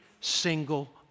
single